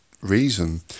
reason